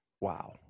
Wow